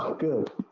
good.